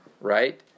right